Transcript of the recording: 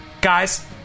guys